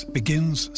begins